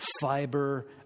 fiber